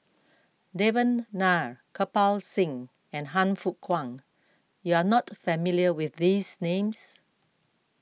Devan Nair Kirpal Singh and Han Fook Kwang you are not familiar with these names